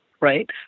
right